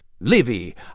Livy